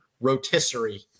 rotisserie